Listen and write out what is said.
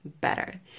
better